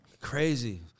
Crazy